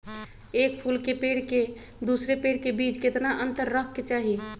एक फुल के पेड़ के दूसरे पेड़ के बीज केतना अंतर रखके चाहि?